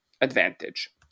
advantage